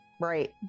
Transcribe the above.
Right